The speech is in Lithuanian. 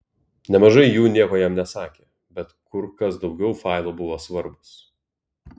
nemažai jų nieko jam nesakė bet kur kas daugiau failų buvo svarbūs